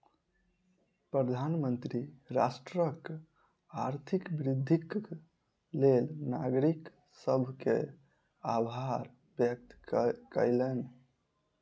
प्रधानमंत्री राष्ट्रक आर्थिक वृद्धिक लेल नागरिक सभ के आभार व्यक्त कयलैन